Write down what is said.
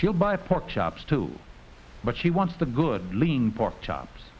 she'll buy a pork chops too but she wants the good lean pork chops